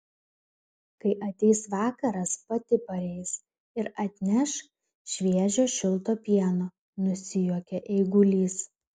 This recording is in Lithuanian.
kai ateis vakaras pati pareis ir atneš šviežio šilto pieno nusijuokė eigulys